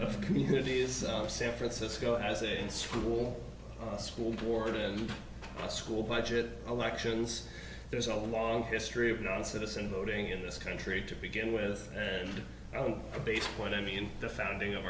of communities of san francisco as it in school the school board and the school budget elections there's a long history of non citizen voting in this country to begin with and own base what i mean the founding of